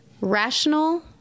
rational